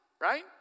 Right